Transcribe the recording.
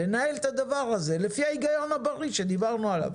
לנהל את הדבר הזה לפי ההיגיון הבריא שדיברנו עליו.